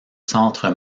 centre